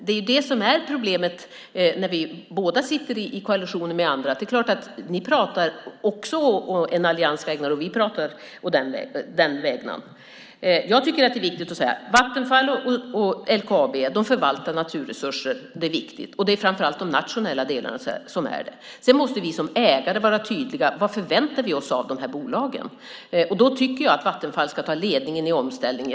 Det är det som är problemet när vi båda sitter i koalition med andra. Det är klart att ni också pratar å en allians vägnar liksom vi pratar å vår allians vägnar. Jag tycker att det är viktigt att säga att Vattenfall och LKAB förvaltar naturresurser. Det är framför allt de nationella delarna som är viktiga. Sedan måste vi som ägare vara tydliga med vad vi förväntar oss av de här bolagen. Då tycker jag att Vattenfall ska ta ledningen i omställningen.